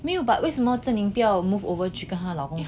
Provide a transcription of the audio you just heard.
没有 but 为什么 zheng ming 不要 move over 去跟他老公住